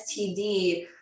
STD